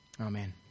Amen